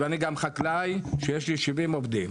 אני גם חקלאי שיש לי 70 עובדים.